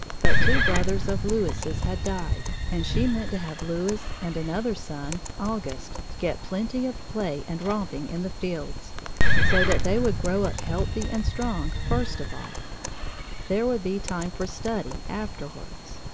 but two brothers of louis's had died and she meant to have louis and another son, auguste, get plenty of play and romping in the fields so that they would grow up healthy and strong, first of all there would be time for study afterwards.